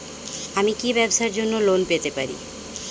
আমি কি ব্যবসার জন্য লোন পেতে পারি?